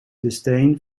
disdain